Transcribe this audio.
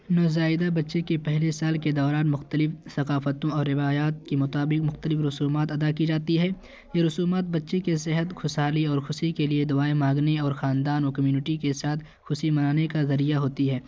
نوزائیدہ بچے کی پہلے سال کے دوران مختلف ثقافتوں اور روایات کے مطابق مختلف رسومات ادا کی جاتی ہے یہ رسومات بچے کی صحت خوشحالی اور خوشی کے لیے دعائیں مانگنے اور خاندان و کمیونٹی کے ساتھ خوشی منانے کا ذریعہ ہوتی ہے